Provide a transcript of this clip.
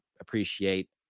appreciate